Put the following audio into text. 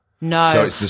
no